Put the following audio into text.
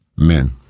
amen